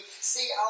see